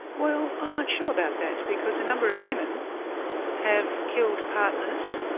well, i'm not sure about that, because a number of women have killed partners